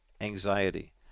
anxiety